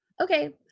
Okay